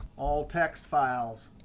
all text files.